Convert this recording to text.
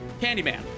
Candyman